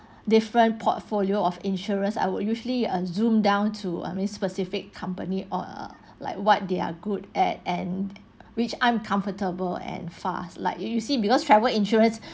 different portfolio of insurance I would usually uh zoom down to I mean specific company or err like what they're good at and which I'm comfortable and fast like you you see because travel insurance